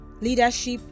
leadership